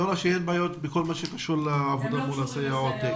היא אמרה שאין בעיות בכל מה שקשור לעבודה מול הסייעות.